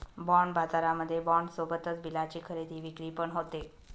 bond बाजारामध्ये bond सोबतच बिलाची खरेदी विक्री पण होते